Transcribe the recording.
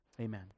Amen